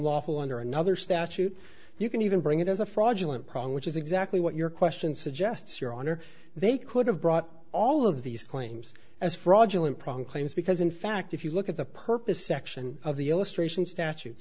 lawful under another statute you can even bring it as a fraudulent prong which is exactly what your question suggests your honor they could have brought all of these claims as fraudulent prong claims because in fact if you look at the purpose section of the illustration statute